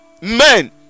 men